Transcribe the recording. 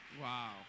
Wow